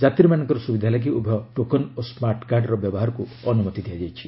ଯାତ୍ରୀମାନଙ୍କର ସୁବିଧା ଲାଗି ଉଭୟ ଟୋକନ୍ ଓ ସ୍କାର୍ଟକାର୍ଡର ବ୍ୟବହାରକୁ ଅନୁମତି ଦିଆଯାଇଛି